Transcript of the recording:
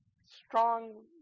strong